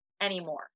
anymore